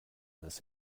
this